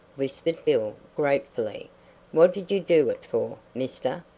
whispered bill, gratefully what did you do it for, mister?